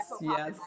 yes